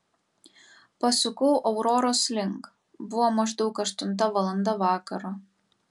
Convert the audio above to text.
pasukau auroros link buvo maždaug aštunta valanda vakaro